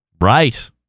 Right